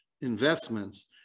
investments